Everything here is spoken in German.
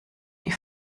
die